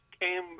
came